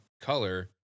color